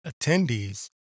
attendees